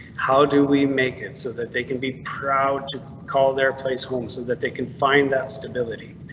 how do we make it so that they can be proud to call their place home so that they can find that stability?